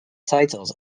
titles